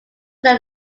their